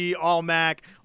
all-Mac